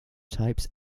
types